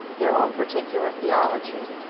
their own particular theology,